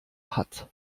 hat